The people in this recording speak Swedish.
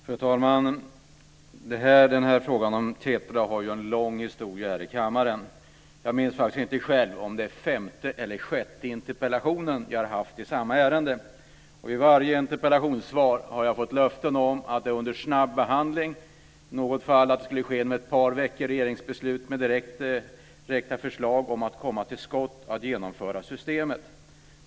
Fru talman! Frågan om TETRA har en lång historia här i kammaren. Jag minns faktiskt inte själv om det är femte eller sjätte interpellationen i samma ärende. Vid varje interpellationssvar har jag fått löften om att ärendet är under snabb behandling. I något fall skulle det inom ett par veckor fattas regeringsbeslut med direkta förslag om att komma till skott och genomföra systemet.